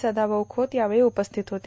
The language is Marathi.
सदाभाऊ खोत यावेळी उपस्थित होते